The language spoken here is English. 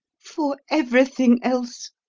for everything else,